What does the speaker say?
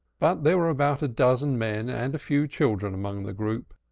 but there were about a dozen men and a few children among the group,